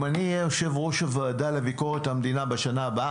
אם אני אהיה יושב-ראש הוועדה לביקורת המדינה בשנה הבאה